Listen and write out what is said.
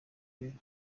ari